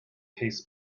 case